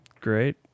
Great